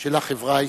של החברה הישראלית.